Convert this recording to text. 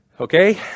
Okay